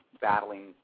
battling